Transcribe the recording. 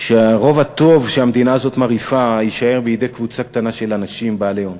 שרוב הטוב שהמדינה הזו מרעיפה יישאר בידי קבוצה קטנה של אנשים בעלי הון.